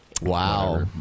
Wow